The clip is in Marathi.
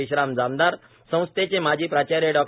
विश्राम जामदार संस्थेचे माजी प्राचार्य डॉ